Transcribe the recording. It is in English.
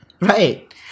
right